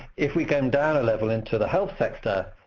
if we come down a level into the health sector,